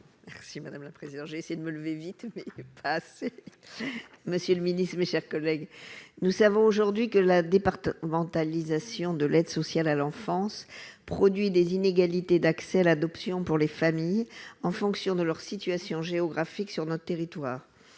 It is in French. Merci madame la présidente, j'ai essayé de me lever, vite, monsieur le Ministre, mes chers collègues, nous savons aujourd'hui que la départementalisation de l'aide sociale à l'enfance, produit des inégalités d'accès à l'adoption pour les familles en fonction de leur situation géographique sur notre territoire